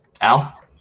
Al